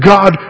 God